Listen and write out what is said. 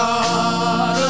God